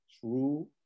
true